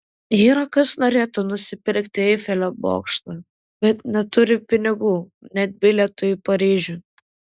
yra kas norėtų nusipirkti eifelio bokštą bet neturi pinigų net bilietui į paryžių